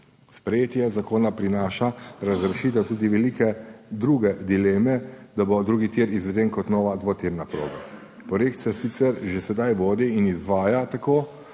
Sprejetje zakona prinaša razrešitev tudi velike druge dileme, da bo drugi tir izveden kot nova dvotirna proga. Projekt se sicer že sedaj vodi in izvaja tako,